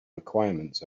requirements